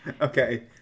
Okay